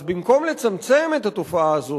אז במקום לצמצם את התופעה הזאת,